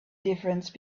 difference